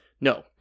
No